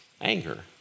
anger